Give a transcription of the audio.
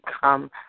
come